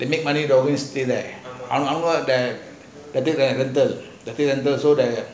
the things are better the things are better so that